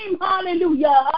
hallelujah